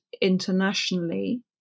internationally